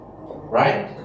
right